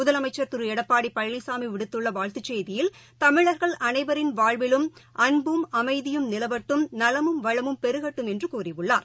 முதலமைச்சர் திருடப்பாடிபழனிசாமிவிடுத்துள்ளவாழ்த்துச் செய்தியில் தமிழர்கள் அனைவரின் வாழ்விலும் அன்பும் அமைதியும் நிலவட்டும் நலமும் வளமும் பெருகட்டும் என்றுகூறியுள்ளார்